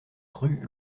rue